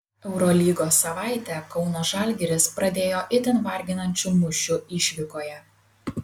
eurolygos savaitę kauno žalgiris pradėjo itin varginančiu mūšiu išvykoje